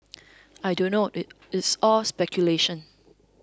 I don't know it's all speculation